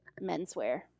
menswear